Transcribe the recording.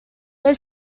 they